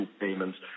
payments